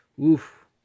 oof